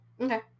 Okay